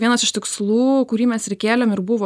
vienas iš tikslų kurį mes ir kėlėm ir buvo